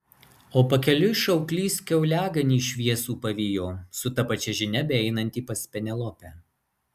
o pakeliui šauklys kiauliaganį šviesų pavijo su ta pačia žinia beeinantį pas penelopę